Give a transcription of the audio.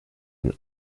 ein